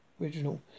Original